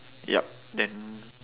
yup then